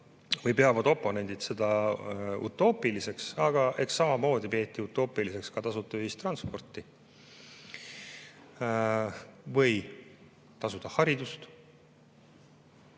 peavad oponendid seda utoopiliseks, aga eks samamoodi peeti utoopiliseks ka tasuta ühistransporti või tasuta haridust